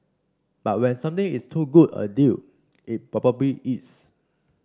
but when something is too good a deal it probably is